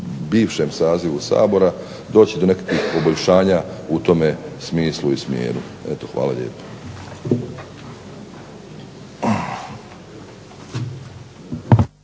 bivšem sazivu Sabora doći do nekakvih poboljšanja u tom smislu ili smjeru. Eto, hvala lijepo.